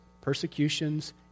persecutions